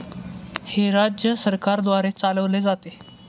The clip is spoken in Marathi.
हे राज्य सरकारद्वारे चालविले जाते